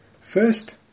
First